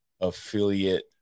affiliate